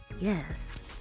yes